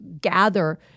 gather